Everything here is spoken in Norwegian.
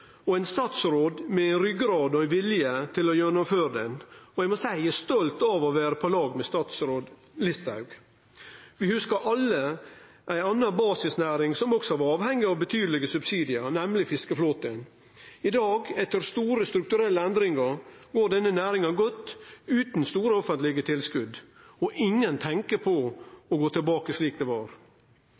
og ein statsråd med ryggrad og vilje til å gjennomføre han. Eg må seie eg er stolt over å vere på lag med statsråd Listhaug. Vi hugsar alle ei anna basisnæring som var avhengig av betydelege subsidiar, nemleg fiskeflåten. I dag, etter store strukturelle endringar, går denne næringa godt utan store offentlege tilskot. Ingen tenkjer på å gå tilbake til slik det var.